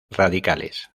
radicales